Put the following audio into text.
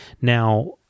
Now